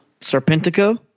Serpentico